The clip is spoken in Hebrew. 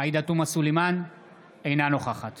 אינה נוכחת